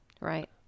right